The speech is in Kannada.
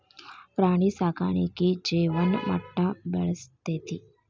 ಪ್ರಾಣಿ ಸಾಕಾಣಿಕೆ ಜೇವನ ಮಟ್ಟಾ ಬೆಳಸ್ತತಿ